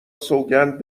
سوگند